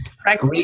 correct